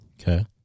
Okay